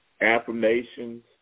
affirmations